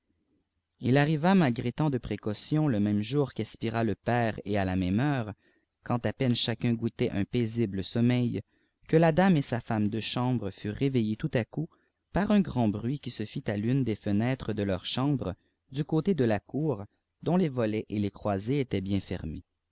il arriva malgré tant de précautions le même jdur qu'expira le père et à la même heure quand à peine chacun goûtait un paisible sommeil que la dame et sa femme de chambre furent réveillées tout à coup par un grand bruit qui se fit à l'une des fenêtres de leur chambre du côté de la cour dont les volets ef les croisées étaient bien fertnés